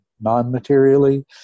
non-materially